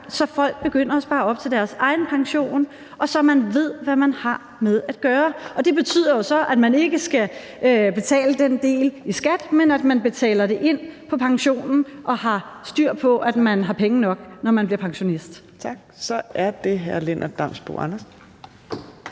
så folk begynder at spare op til deres egen pension, og så man ved, hvad man har at gøre godt med. Det betyder jo så, at man ikke skal betale den del i skat, men at man betaler det ind på pensionen og har styr på, at man har penge nok, når man bliver pensionist. Kl. 17:11 Fjerde næstformand